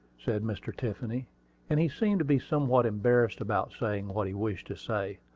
said mr. tiffany and he seemed to be somewhat embarrassed about saying what he wished to say.